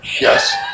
Yes